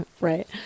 right